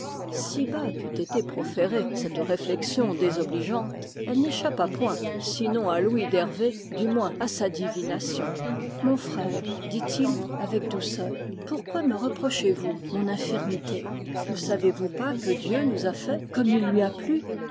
si bas qu'eût été proférée cette réflexion désobligeante elle n'échappa point sinon à l'ouïe d'hervé du moins à sa divination r mon frère dit-il avec douceur pourquoi me reprochezous mon infirmité ne savez-vous pas que dieu nous a faits comme il lui a plu